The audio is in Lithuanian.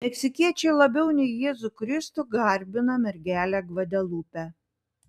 meksikiečiai labiau nei jėzų kristų garbina mergelę gvadelupę